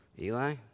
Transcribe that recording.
Eli